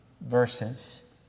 verses